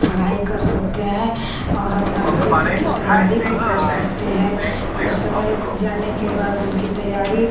पढ़ाई कर सकते हैं और अपने भविष्य की तैयारी भी कर सकते हैं कुछ समय जाने के बाद उनकी तैयारी